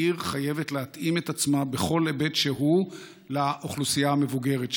העיר חייבת להתאים את עצמה בכל היבט שהוא לאוכלוסייה המבוגרת שלה,